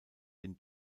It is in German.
den